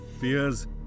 fears